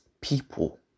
people